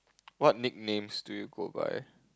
what nicknames do you go by